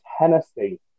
Tennessee